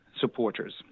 supporters